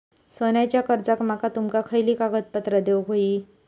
सोन्याच्या कर्जाक माका तुमका खयली कागदपत्रा देऊक व्हयी?